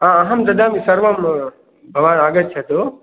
अहं ददामि सर्वं भवान् आगच्छतु